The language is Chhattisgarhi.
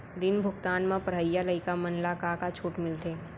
ऋण भुगतान म पढ़इया लइका मन ला का का छूट मिलथे?